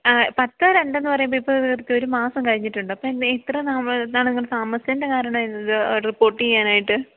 ആ പത്ത് രണ്ടെന്ന് പറയുമ്പോൾ ഇപ്പോൾ ഒരു മാസം കഴിഞ്ഞിട്ടുണ്ട് അപ്പോള് എന്താണ് ഇത്രയും നാളും നിങ്ങൾ താമസിച്ചതിൻ്റെ കാരണമെന്താണ് റിപ്പോർട്ട് ചെയ്യുവാനായിട്ട്